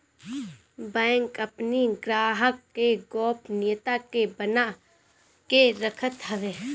bank अपनी ग्राहक के गोपनीयता के बना के रखत हवे